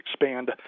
expand